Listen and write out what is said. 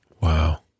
Wow